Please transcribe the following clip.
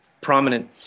prominent